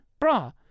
bra